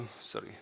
sorry